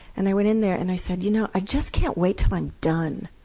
and i went in there and i said, you know, i just can't wait till i'm done!